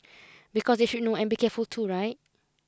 because they should know and be careful too right